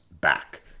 back